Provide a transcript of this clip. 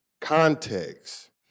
context